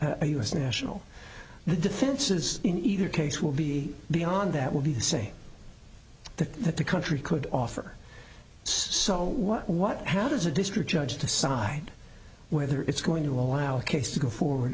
s national the defense is in either case will be beyond that will be the same the that the country could offer so what what how does a district judge decide whether it's going to allow a case to go forward